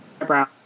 Eyebrows